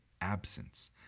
absence